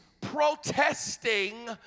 protesting